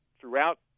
throughout